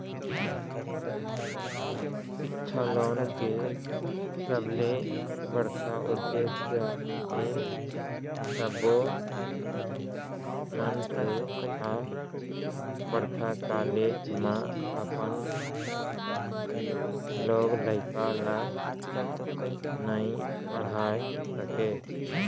सिक्छा लोन के सबले बड़का उद्देस हे सब्बो मनसे ह बड़का कॉलेज म अपन लोग लइका ल नइ पड़हा सकय